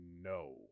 No